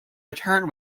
return